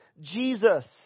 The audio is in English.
Jesus